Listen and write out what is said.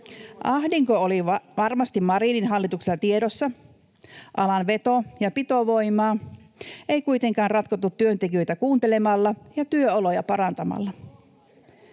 Ahdinko oli varmasti Marinin hallituksella tiedossa, alan veto- ja pitovoimaa ei kuitenkaan ratkottu työntekijöitä kuuntelemalla ja työoloja parantamalla.